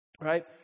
right